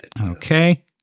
Okay